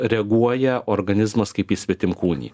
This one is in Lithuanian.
reaguoja organizmas kaip į svetimkūnį